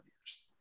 years